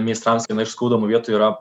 meistrams viena iš skaudamų vietų yra